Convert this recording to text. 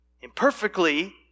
imperfectly